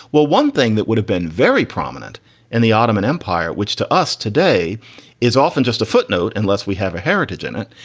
well, one thing that would have been very prominent and the ottoman empire, which to us today is often just a footnote, unless we have a heritage in it,